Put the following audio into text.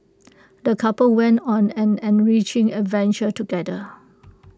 the couple went on an enriching adventure together